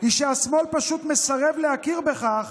היא שהשמאל פשוט מסרב להכיר בכך